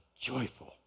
joyful